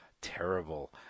terrible